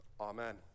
Amen